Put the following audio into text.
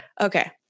Okay